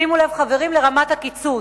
שימו לב, חברים, לרמת הקיצוץ: